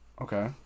Okay